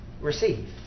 receive